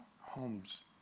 homes